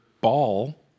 ball